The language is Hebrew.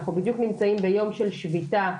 אנחנו בדיוק נמצאים ביום של שביתה,